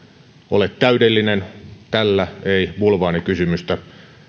ole täydellinen tällä ei bulvaanikysymystä